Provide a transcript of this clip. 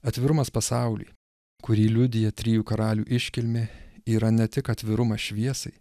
atvirumas pasauly kurį liudija trijų karalių iškilmė yra ne tik atvirumas šviesai